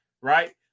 right